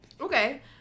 Okay